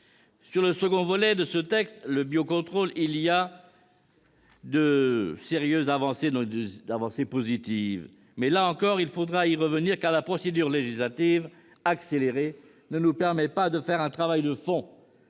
Sur le second volet de ce texte, le biocontrôle, il y a des avancées positives. Mais, là encore, il faudra y revenir, car la procédure législative accélérée ne nous permet pas de faire un travail de fond